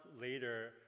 later